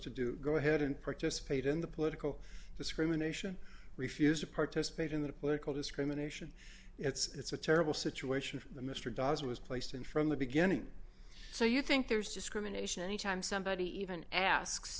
to do go ahead and participate in the political discrimination refuse to participate in the political discrimination it's a terrible situation for the mr dobbs was placed in from the beginning so you think there's discrimination any time somebody even asks